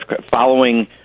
following –